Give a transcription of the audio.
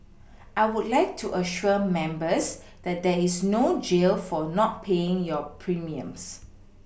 I would like to assure members that there is no jail for not paying your premiums